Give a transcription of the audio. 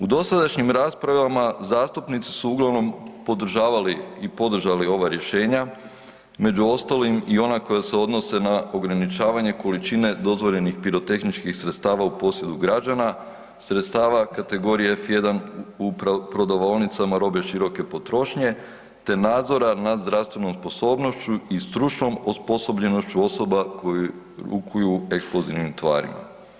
U dosadašnjim raspravama zastupnici su uglavnom podržavali i podržali ova rješenja, među ostalim i ona koja se odnose na ograničavanje količine dozvoljenih pirotehničkih sredstava u posjedu građana, sredstava kategorije F1 u prodavaonicama robe široke potrošnje te nadzora nad zdravstvenom sposobnošću i stručnom osposobljenošću osoba koje rukuju eksplozivnim tvarima.